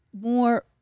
more